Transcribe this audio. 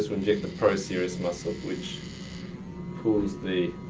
so inject the procerus muscle which pulls the